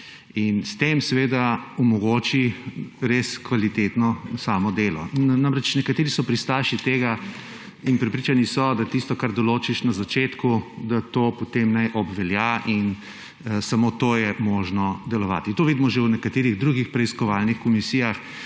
S tem omogoči res kvalitetno delo. Nekateri so prepričani, da tisto, kar določiš na začetku, naj potem obvelja in samo tako je možno delovati. To vidimo že v nekaterih drugih preiskovalnih komisijah,